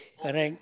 correct